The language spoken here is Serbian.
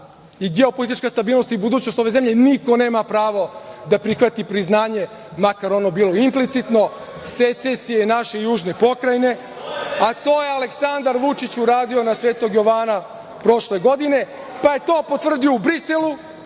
i geopolitička stabilnost i budućnost ove zemlje, niko nema pravo da prihvati priznanje, makar ono bilo i implicitno, secesiju naše južne pokrajine, a to je Aleksandar Vučić uradio na Svetog Jovana prošle godine, pa je to potvrdio u Briselu,